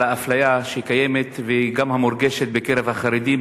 האפליה שקיימת וגם מורגשת בקרב החרדים,